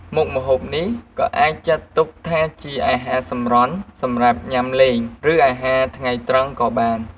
មុខម្ហូបនេះក៏អាចចាត់ទុកថាជាអាហារសម្រន់សម្រាប់ញាំលេង ឬអាហារថ្ងៃត្រង់ក៏បាន។